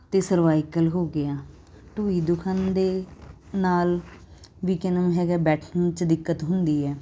ਅਤੇ ਸਰਵਾਈਕਲ ਹੋ ਗਿਆ ਢੂਹੀ ਦੁਖਣ ਦੇ ਨਾਲ ਵੀ ਨੂੰ ਹੈਗਾ ਬੈਠਣ 'ਚ ਦਿੱਕਤ ਹੁੰਦੀ ਹੈ